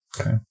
Okay